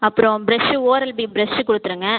அப்புறோம் ப்ரெஷ்ஷு ஓரல் பி ப்ரெஷ்ஷு கொடுத்துருங்க